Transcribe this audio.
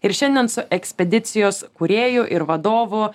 ir šiandien su ekspedicijos įkūrėju ir vadovu